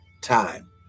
time